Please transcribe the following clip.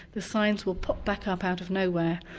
the signs will pop back up out of nowhere.